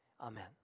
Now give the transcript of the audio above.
amen